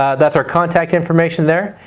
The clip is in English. ah that's our contact information there.